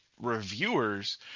Reviewers